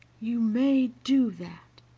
you may do that,